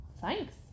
Thanks